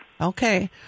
Okay